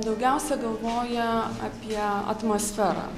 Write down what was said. daugiausia galvoja apie atmosferą